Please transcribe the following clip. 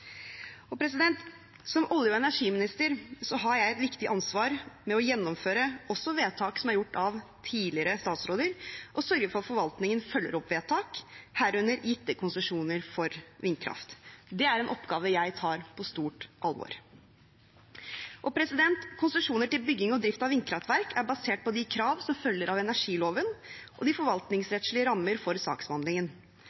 Som olje- og energiminister har jeg et viktig ansvar for å gjennomføre også vedtak som er gjort av tidligere statsråder, og sørge for at forvaltningen følger opp vedtak, herunder gitte konsesjoner for vindkraft. Det er en oppgave jeg tar på stort alvor. Konsesjoner til bygging og drift av vindkraftverk er basert på de krav som følger av energiloven og de